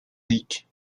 leak